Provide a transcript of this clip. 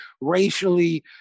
racially